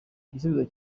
igisubizo